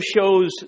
shows